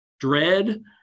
dread